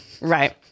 right